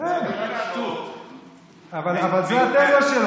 גם אם הוא אמר את זה לפני 10 ו-20 שנה,